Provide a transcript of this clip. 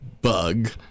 bug